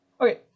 Okay